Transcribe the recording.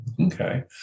Okay